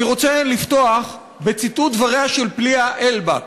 אני רוצה לפתוח בציטוט דבריה של פליאה אֵלבַּק,